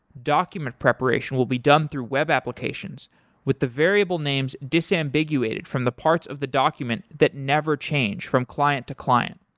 document preparation will be done through web applications with the variable names disambiguated from the parts of the document that never change from client to client.